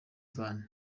van